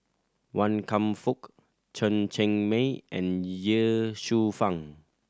Wan Kam Fook Chen Cheng Mei and Ye Shufang